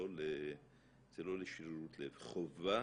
חובה